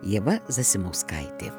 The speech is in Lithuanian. ieva zasimauskaitė